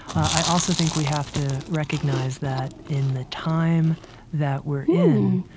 i also think we have to recognize that, in the time that we're in,